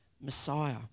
Messiah